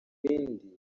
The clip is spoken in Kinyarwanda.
bindi